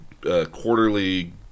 quarterly